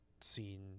seen